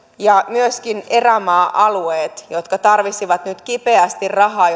ja myöskin erämaa alueet jotka on rakennettu ja jotka tarvitsisivat nyt kipeästi rahaa